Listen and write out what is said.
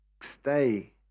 stay